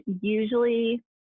Usually